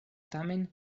tamen